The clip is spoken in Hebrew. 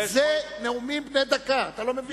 זה נאומים בני דקה, אתה לא מבין?